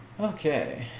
Okay